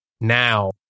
now